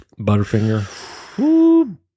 butterfinger